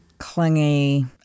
clingy